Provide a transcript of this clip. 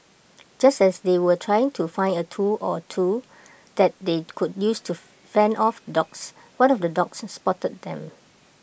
just as they were trying to find A tool or two that they could use to fend off the dogs one of the dogs spotted them